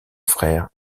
frère